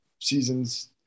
seasons